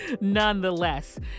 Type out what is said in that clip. Nonetheless